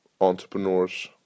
entrepreneurs